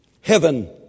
heaven